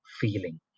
feeling